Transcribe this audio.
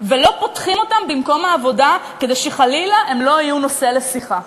ולא פותחים אותם במקום העבודה כדי שחלילה הם לא יהיו נושא לשיחה.